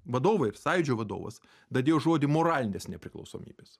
vadovai ir sąjūdžio vadovas dadėjo žodį moralinės nepriklausomybės